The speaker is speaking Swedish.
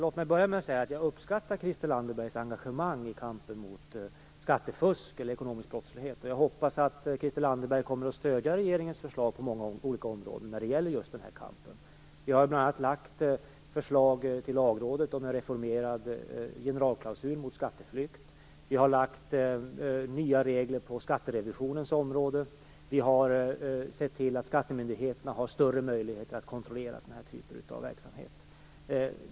Herr talman! Jag uppskattar Christel Anderbergs engagemang i kampen mot ekonomisk brottslighet, och jag hoppas att hon kommer att stödja regeringens förslag på många olika områden när det gäller just den här kampen. Vi har bl.a. till Lagrådet lagt fram förslag om en reformerad generalklausul mot skatteflykt. Vi har lagt fram nya regler på skatterevisionens område. Vi har sett till att skattemyndigheterna har större möjligheter att kontrollera sådana här typer av verksamhet.